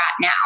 now